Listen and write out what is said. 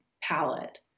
palette